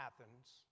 Athens